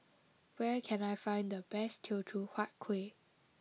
where can I find the best Teochew Huat Kuih